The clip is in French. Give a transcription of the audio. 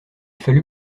fallut